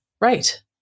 Right